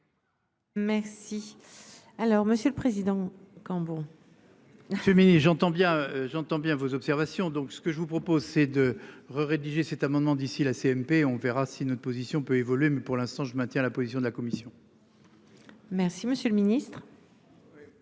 Merci. Alors Monsieur le Président Cambon. Nous, féministes, j'entends bien, j'entends bien vos observations. Donc ce que je vous propose c'est de rerédigé cet amendement d'ici la CMP, on verra si notre position peut évoluer mais pour l'instant je maintiens la position de la commission. Merci monsieur le ministre.